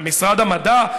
משרד המדע,